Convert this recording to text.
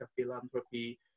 Philanthropy